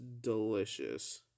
delicious